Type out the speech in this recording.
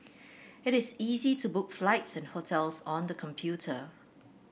it is easy to book flights and hotels on the computer